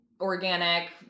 organic